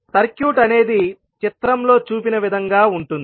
circuit అనేది చిత్రంలో చూపిన విధంగా ఉంటుంది